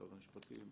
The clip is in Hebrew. משרד המשפטים,